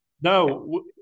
No